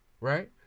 right